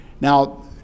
Now